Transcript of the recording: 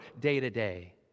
day-to-day